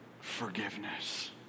forgiveness